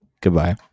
goodbye